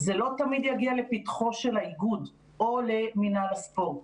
זה לא תמיד יגיע לפתחו של האיגוד או למינהל הספורט.